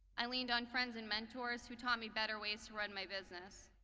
i leaned on friends and mentors who taught me better ways to run my business.